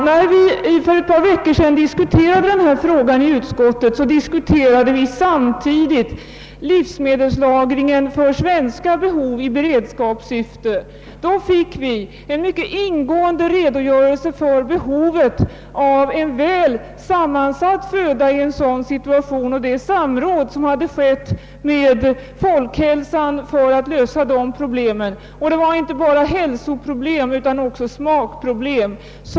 När vi för ett par veckor sedan diskuterade denna fråga i utskottet diskuterade vi samtidigt livsmedelslagringen för svenska behov i beredskapssyfte. Vi fick då en mycket ingående redogörelse för behovet av en väl sammansatt föda i en sådan situation och för det samråd som hade skett med Folkhälsan för att lösa dessa problem. Det gällde inte bara hälsoproblem utan också smakproblem.